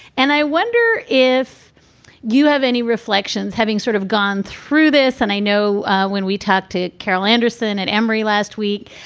and i wonder if you have any reflections having sort of gone through this. and i know when we talk to carol anderson at emory last week,